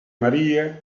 maria